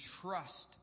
trust